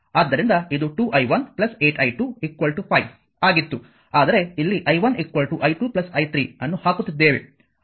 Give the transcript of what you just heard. ಆದ್ದರಿಂದ ಇದು 2 i1 8 i2 5 ಆಗಿತ್ತು ಆದರೆ ಇಲ್ಲಿ i1 i2 i3 ಅನ್ನು ಹಾಕುತ್ತಿದ್ದೇವೆ